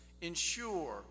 ensure